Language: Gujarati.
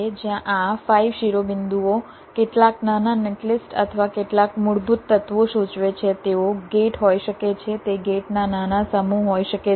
જ્યાં આ 5 શિરોબિંદુઓ કેટલાક નાના નેટલિસ્ટ અથવા કેટલાક મૂળભૂત તત્વો સૂચવે છે તેઓ ગેટ હોઈ શકે છે તે ગેટના નાના સમૂહ હોઈ શકે છે